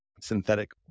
synthetic